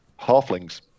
halflings